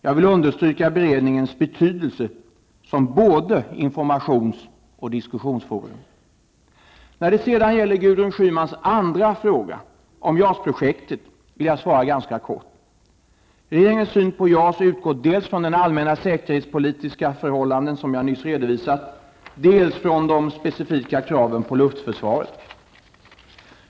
Jag vill understryka beredningens betydelse som både informations och diskussionsforum. När det sedan gäller Gudrun Schymans andra fråga, om JAS-projektet, vill jag svara ganska kort. Regeringens syn på JAS utgår dels från de allmänna säkerhetspolitiska förhållanden jag nyss redovisat, dels från de specifika kraven på luftförsvaret.